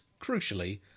crucially